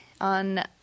on